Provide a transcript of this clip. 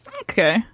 Okay